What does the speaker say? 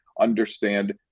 understand